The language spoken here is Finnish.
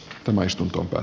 mahdollista